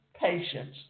patience